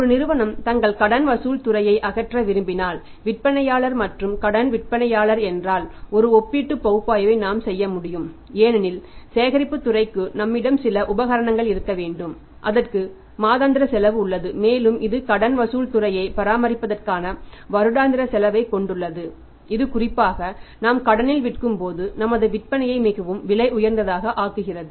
ஒரு நிறுவனம் தங்கள் கடன் வசூல் துறையை அகற்ற விரும்பினால் விற்பனையாளர் மற்றும் கடன் விற்பனையாளர் என்றால் ஒரு ஒப்பீட்டு பகுப்பாய்வை நாம் செய்ய முடியும் ஏனெனில் சேகரிப்புத் துறைக்கு நம்மிடம் சில உபகரணங்கள் இருக்க வேண்டும் அதற்கு மாதாந்திர செலவும் உள்ளது மேலும் இது கடன் வசூல் துறையை பராமரிப்பதற்கான வருடாந்திர செலவைக் கொண்டுள்ளது இது குறிப்பாக நாம் கடனில் விற்கும்போது நமது விற்பனையை மிகவும் விலை உயர்ந்ததாக ஆக்குகிறது